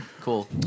Cool